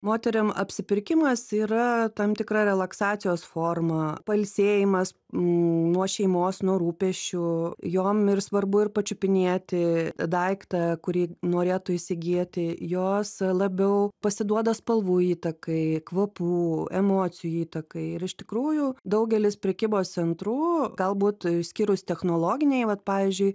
moterim apsipirkimas yra tam tikra relaksacijos forma pailsėjimas nuo šeimos nuo rūpesčių jom ir svarbu ir pačiupinėti daiktą kurį norėtų įsigyti jos labiau pasiduoda spalvų įtakai kvapų emocijų įtakai ir iš tikrųjų daugelis prekybos centrų galbūt išskyrus technologiniai vat pavyzdžiui